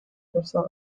person